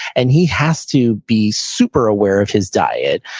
and he has to be super aware of his diet.